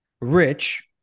rich